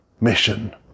mission